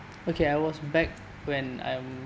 okay I was back when I'm